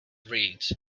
reeds